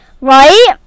right